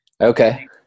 okay